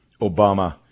Obama